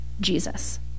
Jesus